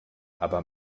aber